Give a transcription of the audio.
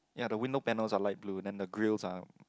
ya the window panels are light blue and the grills are